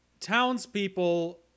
townspeople